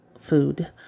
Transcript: Food